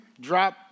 drop